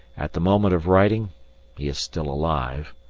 at the moment of writing he is still alive,